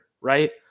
right